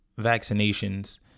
vaccinations